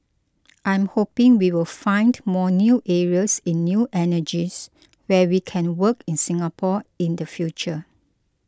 I'm hoping we will find more new areas in new energies where we can work in Singapore in the future